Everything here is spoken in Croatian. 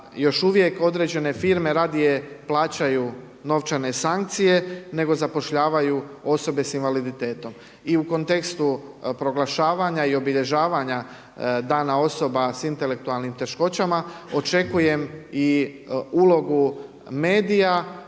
još uvijek određene firme radije plaćaju novčane sankcije nego zapošljavaju osobe sa invaliditetom. I u kontekstu proglašavanja i obilježavanja dana osoba sa intelektualnim teškoćama očekujem i ulogu medija